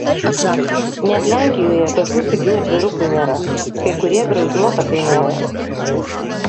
net lenkijoje tokių pigių atvirukų nėra kai kurie virš zloto kainuoja